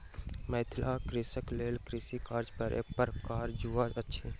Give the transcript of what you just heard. मिथिलाक कृषकक लेल कृषि कार्य एक प्रकारक जुआ अछि